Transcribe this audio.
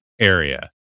area